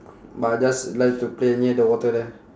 but I just like to play near the water there